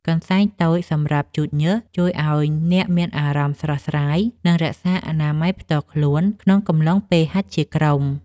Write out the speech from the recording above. កន្សែងតូចសម្រាប់ជូតញើស ជួយឱ្យអ្នកមានអារម្មណ៍ស្រស់ស្រាយ និងរក្សាអនាម័យផ្ទាល់ខ្លួនក្នុងកំឡុងពេលហ្វឹកហាត់ជាក្រុម។